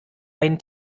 einen